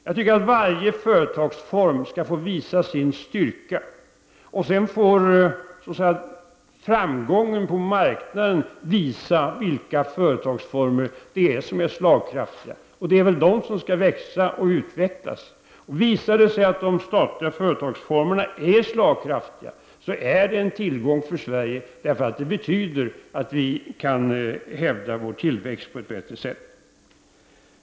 Jag tycker att varje företagsform skall få visa sin styrka. Sedan får framgången på marknaden avgöra vilka företagsformer som är slagkraftiga, och det är väl dessa som skall växa och utvecklas. Visar det sig att den statliga företagsformen är slagkraftig, är det en tillgång för Sverige, därför att det betyder att vi kan hävda vår tillväxt på ett bättre sätt.